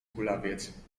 kulawiec